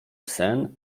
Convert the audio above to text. sen